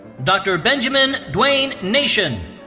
dr. benjamin dwayne nation.